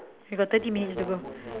we got thirty minutes to go